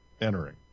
entering